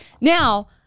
Now